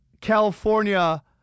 California